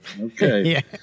okay